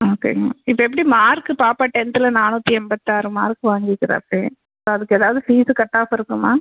ம் சரிம்மா இப்போ எப்படி மார்க்கு பாப்பா டெனத்தில் நானூற்றி எண்பத்தாறு மார்க்கு வாங்கிருக்குறாப்டி ஸோ அதுக்கு ஏதாவது ஃபீஸ்ஸு கட் ஆஃப் இருக்குமா